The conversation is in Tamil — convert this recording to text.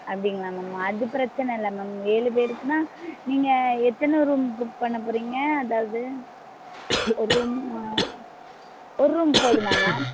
அப்படிங்களா மேம் அது பிரச்சின இல்லை மேம் ஏழு பேருக்குன்னால் நீங்கள் எத்தனை ரூம் புக் பண்ண போகிறிங்க அதாவது ஒரு ரூம் ஒரு ரூம் போதுமா மேம்